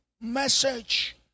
message